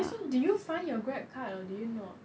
wait so did you find your grab card or did you not